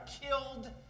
killed